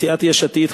מסיעת יש עתיד,